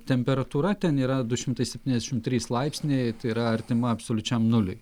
temperatūra ten yra du šimtai septyniasdešim trys laipsniai tai yra artima absoliučiam nuliui